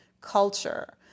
culture